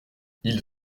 ils